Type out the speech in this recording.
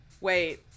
Wait-